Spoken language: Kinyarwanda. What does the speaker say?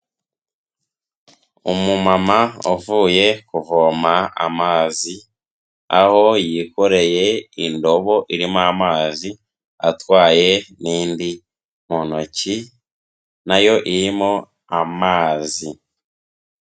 Umumama uvuye kuvoma amazi, aho yikorereye indobo irimo amazi atwaye n'indi mu ntoki nayo irimo amazi.